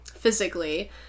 Physically